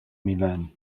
milán